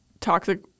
toxic